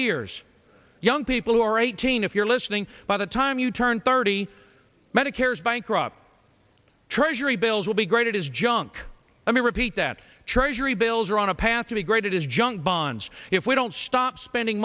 years young people who are eighteen if you're listening by the time you turn thirty medicare is bankrupt treasury bills will be great it is junk let me repeat that treasury bills are on a path to the great it is junk bonds if we don't stop spending